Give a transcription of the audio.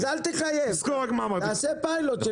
אז אל תחייב, תעשה פיילוט של 20 דולר.